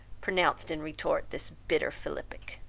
pronounced in retort this bitter philippic,